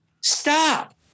stop